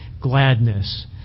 gladness